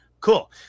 cool